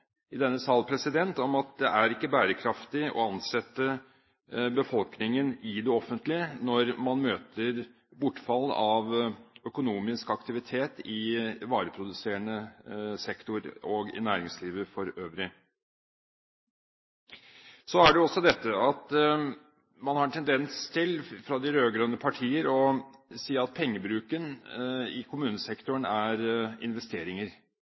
i denne sal må minne hverandre om at det ikke er bærekraftig å ansette befolkningen i det offentlige når man møter bortfall av økonomisk aktivitet i vareproduserende sektor og i næringslivet for øvrig. Så er det dette at de rød-grønne partiene har en tendens til å si at pengebruken i kommunesektoren er investeringer.